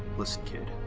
listen, kid.